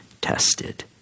tested